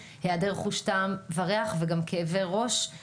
התדהמה הייתה שאתמול הגענו לוועדה וקלטנו שבכלל